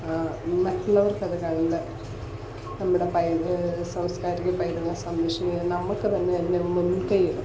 മറ്റുള്ളവർക്കത് കണ്ട് നമ്മുടെ പൈതൃക സാംസ്കാരിക പൈതൃക സംരക്ഷിക്കണേൽ നമുക്കു തന്നെ അതിന് മുൻകൈ എടുക്കാം